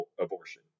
abortion